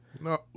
No